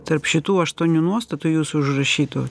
tarp šitų aštuonių nuostatų jūsų užrašytų